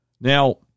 Now